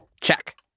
Check